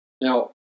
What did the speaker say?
Now